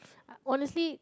honestly